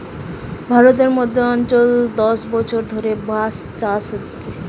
ভারতের মধ্য অঞ্চলে দশ বছর ধরে বাঁশ চাষ হচ্ছে